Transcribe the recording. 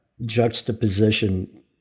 juxtaposition